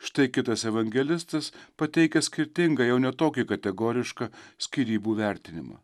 štai kitas evangelistas pateikia skirtingą jau ne tokį kategorišką skyrybų vertinimą